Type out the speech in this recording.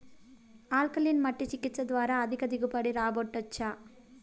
alkaline మట్టి చికిత్స ద్వారా అధిక దిగుబడి రాబట్టొచ్చా